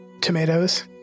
Tomatoes